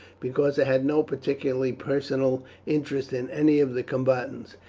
because i had no particular personal interest in any of the combatants.